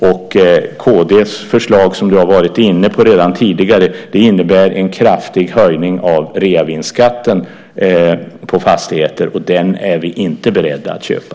Kristdemokraternas förslag, som du har varit inne på redan tidigare, innebär en kraftig höjning av reavinstskatten på fastigheter, och det är vi inte beredda att köpa.